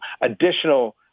additional